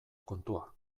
kontua